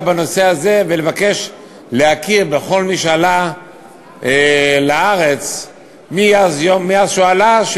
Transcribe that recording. בנושא הזה לבקש להכיר בכל מי שעלה לארץ מאז שהוא עלה.